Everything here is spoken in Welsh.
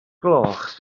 gloch